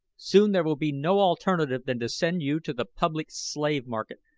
soon there will be no alternative than to send you to the public slave-market.